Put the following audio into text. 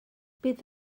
bydd